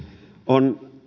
on